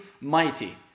mighty